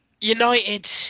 United